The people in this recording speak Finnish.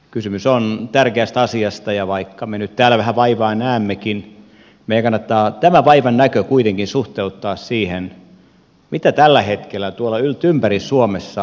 kysymys on tärkeästä asiasta ja vaikka me nyt täällä vähän vaivaa näemmekin meidän kannattaa tämä vaivannäkö kuitenkin suhteuttaa siihen mitä tällä hetkellä tuolla yltympäri suomessa kuntakentällä tapahtuu